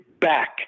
back